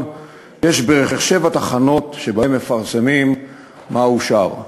יש בערך שבע תחנות שבהן מפרסמים מה אושר.